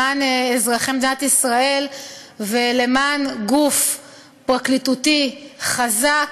למען אזרחי מדינת ישראל ולמען גוף פרקליטות חזק,